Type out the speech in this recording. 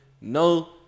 no